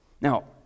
Now